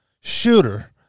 shooter